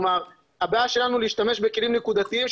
הבעיה שלנו להשתמש בכלים נקודתיים,